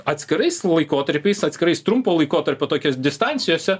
atskirais laikotarpiais atskirais trumpo laikotarpio tokios distancijose